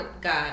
god